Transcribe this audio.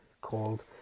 called